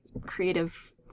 creative